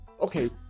okay